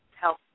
help